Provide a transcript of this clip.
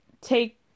take